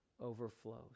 overflows